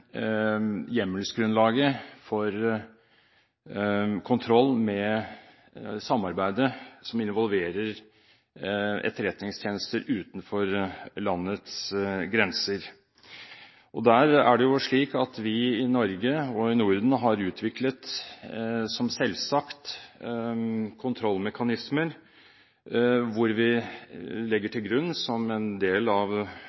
hjemmelsgrunnlaget for kontroll med samarbeidet som involverer etterretningstjenester utenfor landets grenser. I Norge og i Norden har vi utviklet – som selvsagt – kontrollmekanismer hvor vi legger til grunn, som en del av